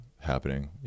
happening